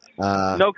No